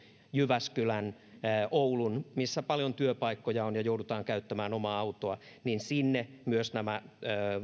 jyväskylän tai oulun seudulle töihin missä on paljon työpaikkoja ja joudutaan käyttämään omaa autoa sinne myös nämä